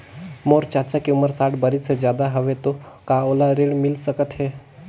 मोर चाचा के उमर साठ बरिस से ज्यादा हवे तो का ओला ऋण मिल सकत हे?